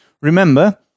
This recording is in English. remember